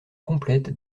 complètes